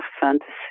fantasy